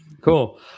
Cool